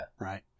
Right